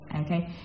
Okay